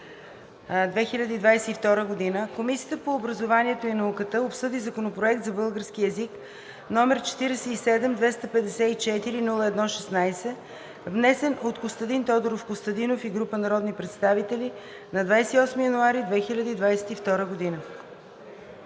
2022 г., Комисията по образованието и науката обсъди Законопроект за българския език, № 47-254-01-16, внесен от Костадин Тодоров Костадинов и група народни представители на 28 януари 2022 г.